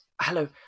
hello